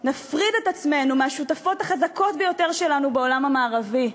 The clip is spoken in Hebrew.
נפריד את עצמנו מהשותפות החזקות ביותר שלנו בעולם המערבי.